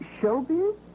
showbiz